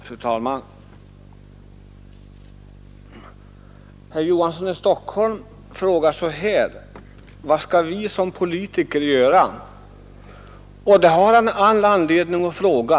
Fru talman! Herr Olof Johansson i Stockholm frågar vad vi som politiker skall göra. Det har han all anledning till.